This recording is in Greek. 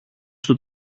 στο